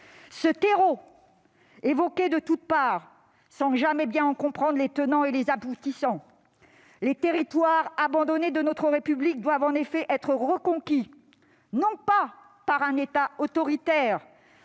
ce terreau évoqué de toute part sans jamais bien en comprendre les tenants et les aboutissants. Les territoires abandonnés de notre République doivent en effet être reconquis, non par un État autoritaire,